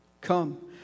Come